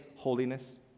Holiness